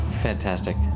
Fantastic